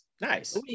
Nice